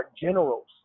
generals